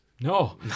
No